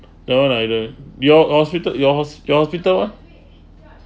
that [one] I don't your hospital your hos~ your hospital one